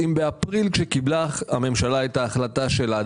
אם באפריל כשקיבלה הממשלה את ההחלטה שלה,